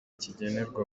kigenerwa